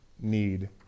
need